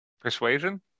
Persuasion